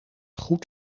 goed